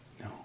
No